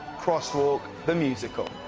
crosswalk the musical.